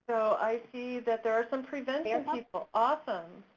i see that there are some prevention people, awesome!